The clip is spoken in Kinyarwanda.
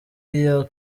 iyo